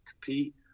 compete